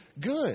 good